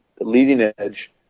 leading-edge